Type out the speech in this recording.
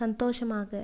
சந்தோஷமாக